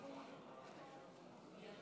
בבקשה.